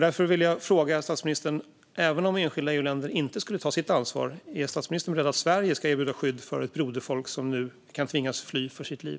Därför vill jag fråga statsministern: Även om enskilda EU-länder inte skulle ta sitt ansvar, är statsministern beredd att säga att Sverige ska erbjuda skydd åt ett broderfolk som nu kan tvingas att fly för sitt liv?